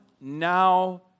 now